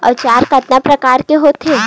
औजार कतना प्रकार के होथे?